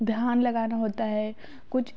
ध्यान लगाना होता है कुछ